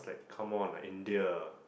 come on like India